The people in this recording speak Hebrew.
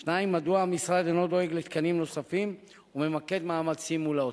2. מדוע המשרד אינו דואג לתקנים נוספים וממקד מאמצים מול האוצר?